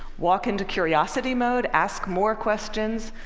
walk into curiosity mode, ask more questions,